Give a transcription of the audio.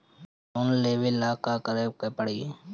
Loan लेवे ला का करे के पड़ी?